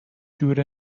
جوره